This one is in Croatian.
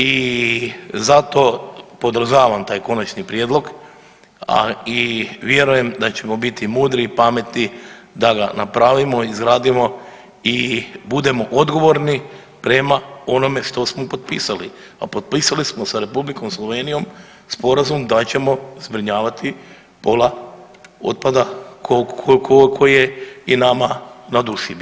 I zato podržavam taj konačni prijedlog i vjerujem da ćemo biti mudri, pametni da ga napravimo, izradimo i budemo odgovorni prema onome što smo potpisali, a potpisali smo sa Republikom Slovenijom sporazum da ćemo zbrinjavati pola otpada koji je i nama na duši bi rekli.